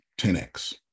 10x